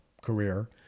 career